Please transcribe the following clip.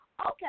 Okay